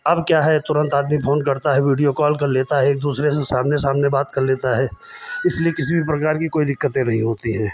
अब क्या है तुरंत आदमी फ़ोन करता है वीडियो कॉल कर लेता है एक दूसरे से सामने सामने बात कर लेता है इसलिए किसी भी प्रकार की कोई दिक्कतें नहीं होती है